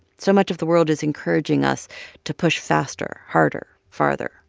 so much of the world is encouraging us to push faster, harder, farther.